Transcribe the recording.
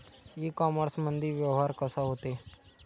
इ कामर्समंदी व्यवहार कसा होते?